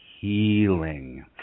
Healing